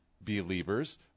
believers